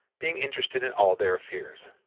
being interested in all their affairs.